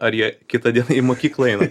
ar jie kitą dieną į mokyklą eina